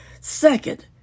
Second